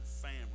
family